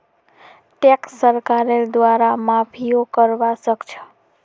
tax सरकारेर द्वारे माफियो करवा सख छ